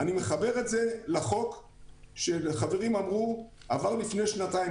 אני מחבר את זה לחוק שעבר לפני שנתיים,